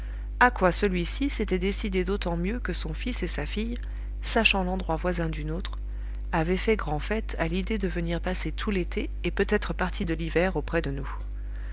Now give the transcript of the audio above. à quoi celui-ci s'était décidé d'autant mieux que son fils et sa fille sachant l'endroit voisin du nôtre avaient fait grand'fête à l'idée de venir passer tout l'été et peut-être partie de l'hiver auprès de nous